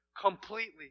completely